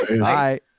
Bye